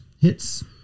hits